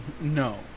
No